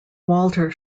walter